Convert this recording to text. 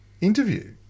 interview